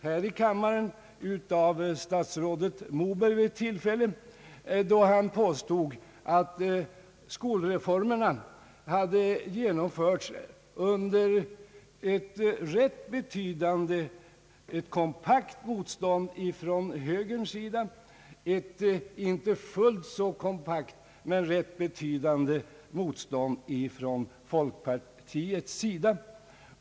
Statsrådet Moberg påstod vid ett tillfälle här i kammaren att skolreformerna hade genomförts under ett kompakt motstånd ifrån högerns sida och ett inte fullt så kompakt men rätt betydande motstånd ifrån folkpartiets sida.